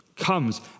Comes